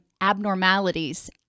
abnormalities